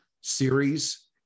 series